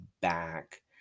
back